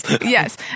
Yes